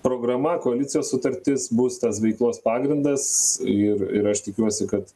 programa koalicijos sutartis bus tas veiklos pagrindas ir ir aš tikiuosi kad